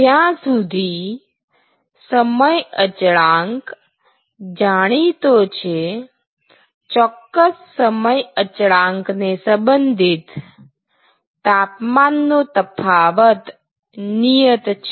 જ્યાં સુધી સમય અચળાંક જાણીતો છે ચોક્કસ સમય અચળાંકને સંબંધિત તાપમાન નો તફાવત નિયત છે